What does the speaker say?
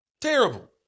Terrible